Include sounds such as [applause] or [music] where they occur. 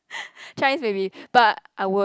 [laughs] Chinese maybe but I would